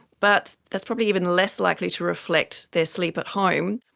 but that's probably even less likely to reflect their sleep at home.